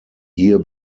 hier